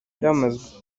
cyamaze